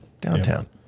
downtown